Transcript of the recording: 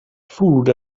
food